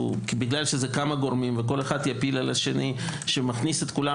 בגלל שזה כמה גורמים וכל אחד יפיל על השני שמכניס את כולם